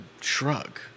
shrug